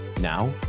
now